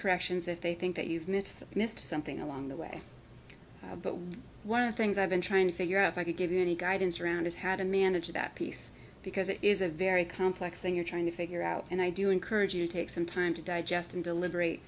corrections if they think that you've missed missed something along the way but one of the things i've been trying to figure out if i could give you any guidance around is how to manage that piece because it is a very complex thing you're trying to figure out and i do encourage you to take some time to digest and deliberate